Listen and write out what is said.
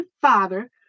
father